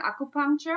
acupuncture